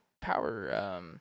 power